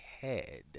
head